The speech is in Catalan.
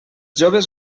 joves